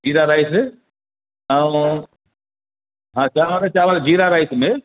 जीरा rice ऐं हा चांवर चांवर जीरा राइस में